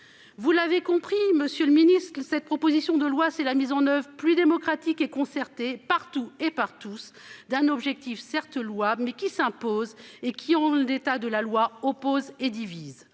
Vous l'avez compris, Monsieur le Ministre, cette proposition de loi, c'est la mise en oeuvre plus démocratique et concertée partout et par tous d'un objectif certes louable, mais qui s'impose et qui d'état de la loi oppose et divise